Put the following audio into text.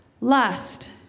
lust